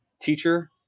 teacher